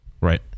Right